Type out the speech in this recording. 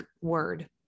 word